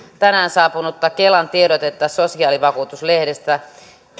tänään saapunutta kelan tiedotetta sosiaalivakuutus lehdestä